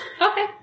Okay